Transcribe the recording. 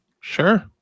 Sure